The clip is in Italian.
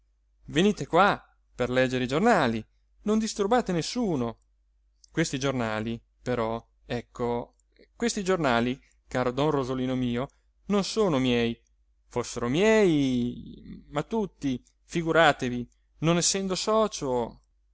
venite qua per leggere i giornali non disturbate nessuno questi giornali però ecco questi giornali caro don rosolino mio non sono miei fossero miei ma tutti figuratevi non essendo socio